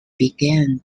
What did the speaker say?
began